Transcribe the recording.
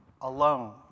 alone